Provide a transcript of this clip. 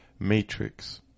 matrix